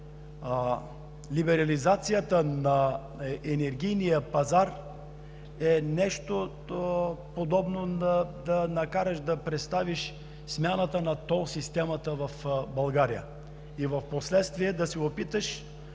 либерализацията на енергийния пазар е нещо подобно – да накараш да представи смяната на тол системата в България, а впоследствие да се опиташ